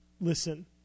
listen